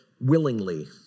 willingly